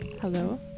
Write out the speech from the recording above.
Hello